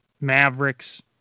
Mavericks